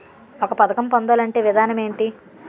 ఒక పథకం పొందాలంటే విధానం ఏంటి?